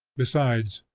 besides,